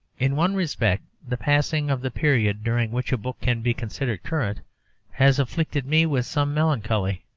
in one respect the passing of the period during which a book can be considered current has afflicted me with some melancholy,